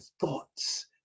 thoughts